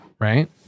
right